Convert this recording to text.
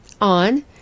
on